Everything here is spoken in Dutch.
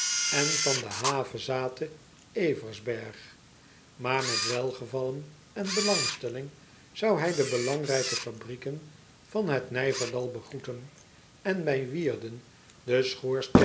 en van de havezathe versberg maar met welgevallen en belangstelling zou hij de belangrijke fabrieken van het i j v e r d a l begroeten en bij ierden den